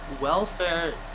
welfare